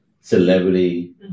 celebrity